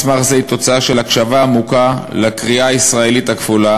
מסמך זה הוא תוצאה של הקשבה עמוקה לקריאה הישראלית הכפולה.